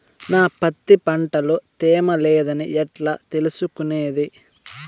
నా పత్తి పంట లో తేమ లేదని ఎట్లా తెలుసుకునేది?